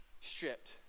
Stripped